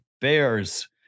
Bears